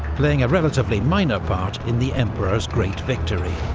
playing a relatively minor part in the emperor's great victory.